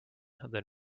than